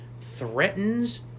threatens